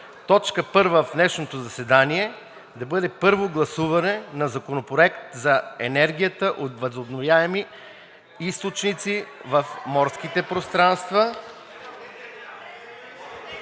точка първа в днешното заседание да бъде Първо гласуване на Законопроекта за енергията от възобновяеми източници в морските пространства.